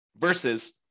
versus